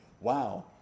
wow